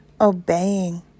obeying